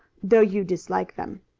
though you dislike them.